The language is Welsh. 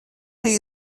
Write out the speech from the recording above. chi